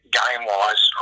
game-wise